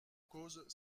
cause